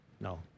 No